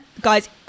guy's